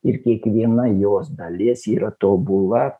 ir kiekviena jos dalies yra tobula